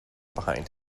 behind